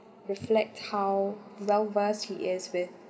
reflect how well was he is with